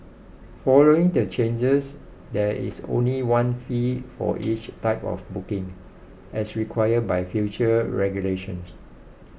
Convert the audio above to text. following the changes there is only one fee for each type of booking as required by future regulations